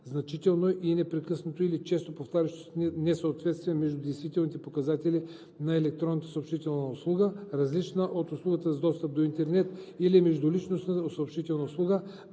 значително и непрекъснато или често повтарящо се несъответствие между действителните показатели на електронната съобщителна услуга, различна от услуга за достъп до интернет, или междуличностна съобщителна услуга